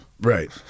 Right